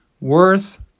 worth